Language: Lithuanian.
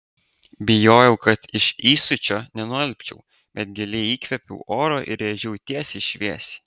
bijojau kad iš įsiūčio nenualpčiau bet giliai įkvėpiau oro ir rėžiau tiesiai šviesiai